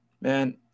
Man